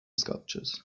sculptures